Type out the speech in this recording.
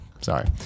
sorry